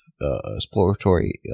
exploratory